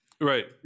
Right